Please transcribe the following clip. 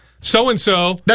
So-and-so